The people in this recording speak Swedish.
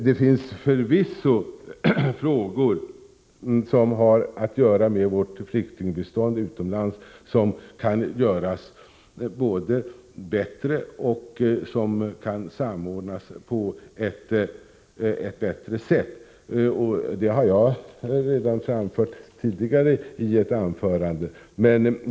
Det finns förvisso saker som har att göra med vårt flyktingbistånd utomlands som både kan göras bättre och samordnas på ett bättre sätt — det har jag redan framfört i ett tidigare anförande.